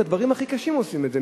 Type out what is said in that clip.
בדברים הכי קשים עושים את זה.